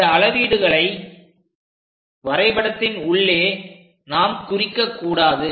இந்த அளவீடுகளை வரைபடத்தின் உள்ளே நாம் குறிக்கக் கூடாது